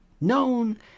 known